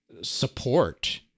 support